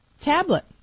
tablet